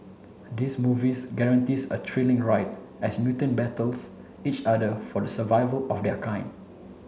this movies guarantees a thrilling ride as mutant battles each other for the survival of their kind